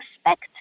expect